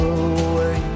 away